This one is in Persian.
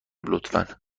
لطفا